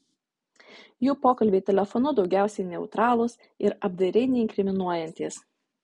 jų pokalbiai telefonu daugiausiai neutralūs ir apdairiai neinkriminuojantys